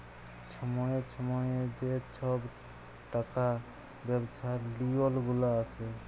ছময়ে ছময়ে যে ছব টাকা ব্যবছার লিওল গুলা আসে